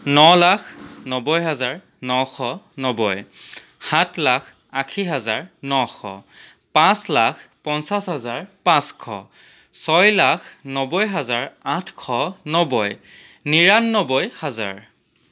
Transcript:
ন লাখ নব্বৈ হাজাৰ নশ নব্বৈ সাত লাখ আশী হেজাৰ নশ পাঁচ লাখ পঞ্চাছ হাজাৰ পাঁচশ ছয় লাখ নব্বৈ হাজাৰ আঠশ নব্বৈ নিৰান্নব্বৈ হাজাৰ